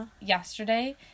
yesterday